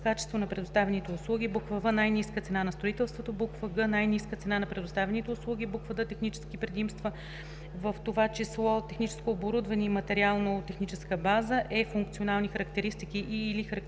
б) качество на предоставяните услуги; в) най-ниска цена на строителството; г) най-ниска цена на предоставяните услуги; д) технически предимства, в това число техническо оборудване и материално-техническа база; е) функционални характеристики и/или характеристики